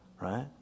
right